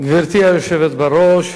גברתי היושבת בראש,